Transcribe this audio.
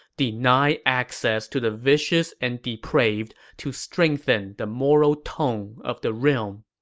deny access to the vicious and depraved to strengthen the moral tone of the realm